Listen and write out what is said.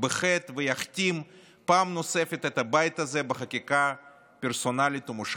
בחטא ויכתים פעם נוספת את הבית הזה בחקיקה פרסונלית ומושחתת.